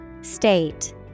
State